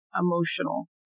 emotional